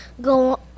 go